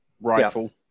rifle